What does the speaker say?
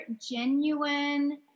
genuine